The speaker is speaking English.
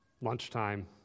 Lunchtime